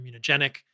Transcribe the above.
immunogenic